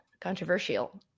Controversial